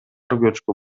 көчкү